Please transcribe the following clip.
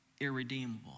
irredeemable